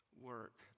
work